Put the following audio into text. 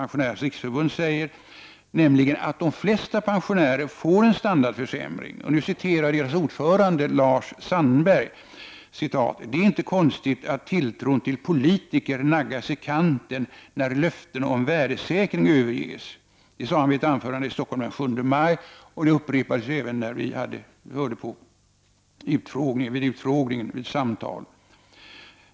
PRO säger att de flesta pensionärer får en standardförsämring. Deras ord förande, Lars Sandberg sade vid ett anförande i Stockholm den 7 maj: ”Det är inte konstigt att tilltron till politiker naggas i kanten, när löften om värdesäkring överges.” Detta upprepades även inför oss.